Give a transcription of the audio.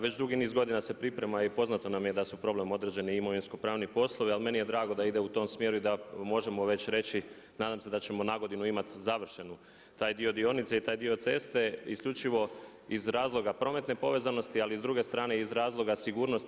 Već dugi niz godina se priprema i poznato nam je da su problem određeni imovinsko-pravni poslovi, ali meni je drago da ide u tom smjeru i da možemo već reći, nadam se da ćemo na godinu imati završen taj dio dionice i taj dio ceste isključivo iz razloga prometne povezanosti ali i s druge strane iz razloga sigurnosti.